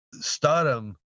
stardom